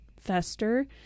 fester